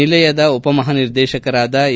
ನಿಲಯದ ಉಪಮಹಾ ನಿರ್ದೇಶಕರಾದ ಎ